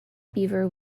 beaver